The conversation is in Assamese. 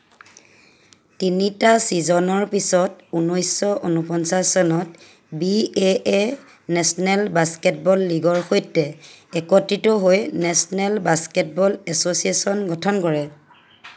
তিনিটা ছিজনৰ পিছত উনৈছশ ঊনপঞ্চাছ চনত B A A national basketball লীগৰ সৈতে একত্ৰিত হৈ নেচনেল বাস্কেটবল এছ'চিয়েশ্যন গঠন কৰে